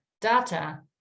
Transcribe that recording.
data